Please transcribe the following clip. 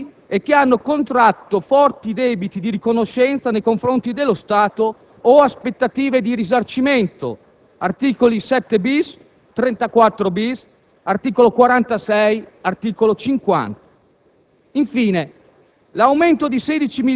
le misure a favore di categorie deboli e che hanno contratto forti debiti di riconoscenza nei confronti dello Stato o aspettative di risarcimento (articoli 7-*bis*, 34-*bis*, 46 e 50).